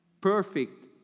Perfect